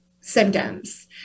symptoms